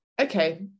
okay